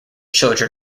children